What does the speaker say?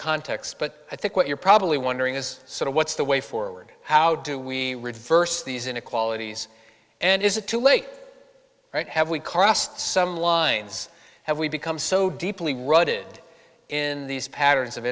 context but i think what you're probably wondering is sort of what's the way forward how do we reverse these inequalities and is it too late right have we crossed some lines have we become so deeply rooted in these patterns of